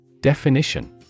Definition